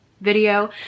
video